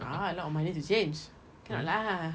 ah a lot of money to change cannot lah